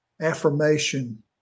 affirmation